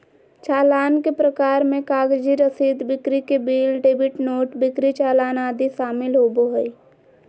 चालान के प्रकार मे कागजी रसीद, बिक्री के बिल, डेबिट नोट, बिक्री चालान आदि शामिल होबो हय